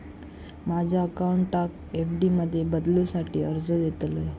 माझ्या अकाउंटाक एफ.डी मध्ये बदलुसाठी अर्ज देतलय